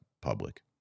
public